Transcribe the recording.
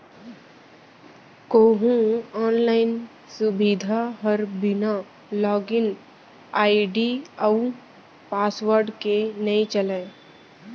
कोहूँ आनलाइन सुबिधा हर बिना लॉगिन आईडी अउ पासवर्ड के नइ चलय